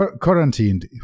quarantined